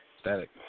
static